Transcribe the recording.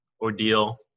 ordeal